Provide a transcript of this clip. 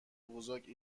بزرگی